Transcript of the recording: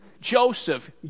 Joseph